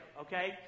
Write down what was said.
okay